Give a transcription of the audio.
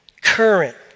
current